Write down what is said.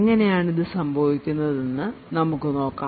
എങ്ങനെയാണ് ഇത് സംഭവിക്കുന്നത് എന്ന് നമുക്ക് നോക്കാം